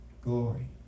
Glory